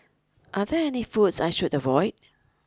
are there any foods I should avoid